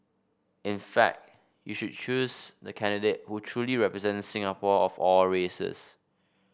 in fact you should choose the candidate who truly represents Singapore of all races